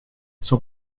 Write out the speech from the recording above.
son